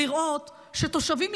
לראות שתושבים,